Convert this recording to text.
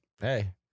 hey